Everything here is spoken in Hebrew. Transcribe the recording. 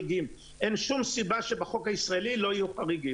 לגיטימיים שמבקשים את הדרך ליצור קשר עם הלקוח שלהם,